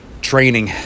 training